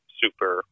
super